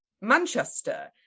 Manchester